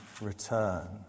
return